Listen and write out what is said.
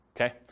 okay